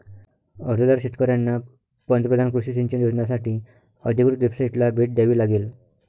अर्जदार शेतकऱ्यांना पंतप्रधान कृषी सिंचन योजनासाठी अधिकृत वेबसाइटला भेट द्यावी लागेल